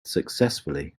successfully